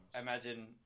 Imagine